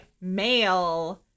male